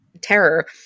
terror